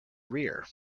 rear